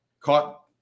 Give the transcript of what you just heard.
caught